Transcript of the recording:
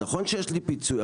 נכון שיש לי פיצוי,